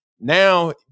now